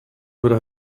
would